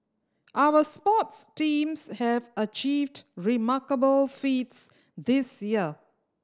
our sports teams have achieved remarkable feats this year